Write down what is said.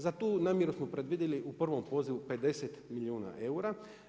Za tu namjeru smo predvidjeli u prvom pozivu 50 milijuna eura.